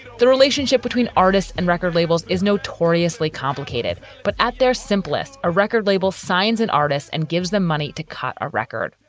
the relationship between artists and record labels is notoriously complicated, but at their simplest, a record label signs and artists and gives them money to cut a record.